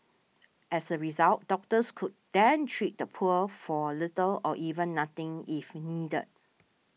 as a result doctors could then treat the poor for little or even nothing if needed